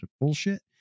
bullshit